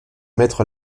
mettre